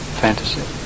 fantasy